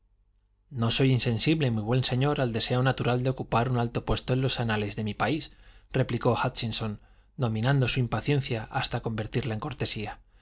no soy insensible mi buen señor al deseo natural de ocupar un alto puesto en los anales de mi país replicó hútchinson dominando su impaciencia hasta convertirla en cortesía